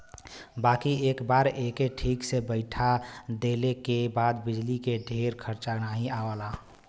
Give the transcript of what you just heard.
बाकी एक बार एके ठीक से बैइठा देले के बाद बिजली के ढेर खरचा नाही आवला